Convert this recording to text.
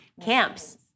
camps